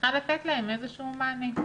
צריכה לתת להם איזה שהוא מענה.